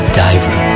diver